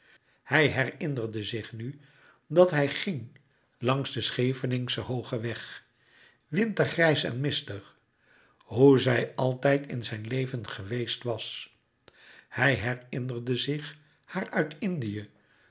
hij herinnerde zich nu dat hij ging langs den scheveningschen hoogen weg wintergrijs en mistig hoe zij altijd in zijn leven geweest was hij herinnerde zich haar uit indië